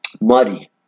muddy